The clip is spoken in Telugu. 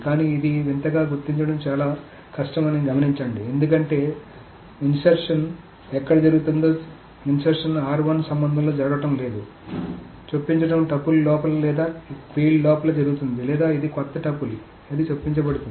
కానీ ఇది వింతగా గుర్తించడం చాలా కష్టం అని గమనించండి ఎందుకంటే చొప్పించడం ఎక్కడ జరుగుతుందో చొప్పించడం సంబంధంలో జరగడం లేదు చొప్పించడం టపుల్ లోపల లేదా ఫీల్డ్ లోపల జరుగుతుంది లేదా ఇది కొత్త టపుల్ అని చొప్పించబడుతోంది